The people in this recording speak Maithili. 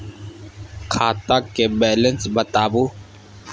खाता के बैलेंस बताबू?